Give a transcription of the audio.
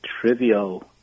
trivial